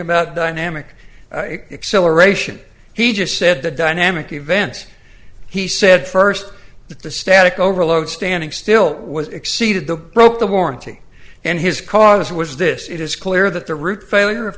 about dynamic acceleration he just said the dynamic event he said first the static overload standing still was exceeded the broke the warranty and his cause was this it is clear that the root failure of